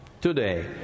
Today